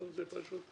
זה פשוט.